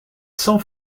cent